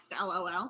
lol